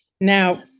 Now